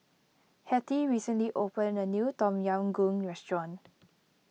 Hettie recently opened a new Tom Yam Goong restaurant